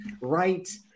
right